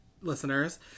listeners